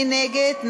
מי נגד?